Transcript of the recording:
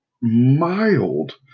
mild